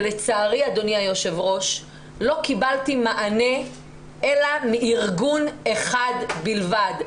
לצערי אדוני היושב ראש לא קיבלתי מענה אלא מארגון אחד בלבד.